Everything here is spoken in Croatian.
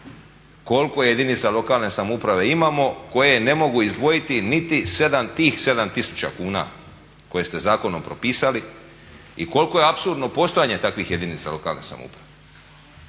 Koliko jedinica lokalne samouprave imamo koje ne mogu izdvojiti niti tih 7 tisuća kuna koje ste zakonom propisali i koliko je apsurdno postojanje takvih jedinica lokalne samouprave?